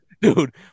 Dude